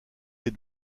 des